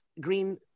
green